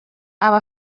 aba